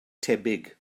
tebyg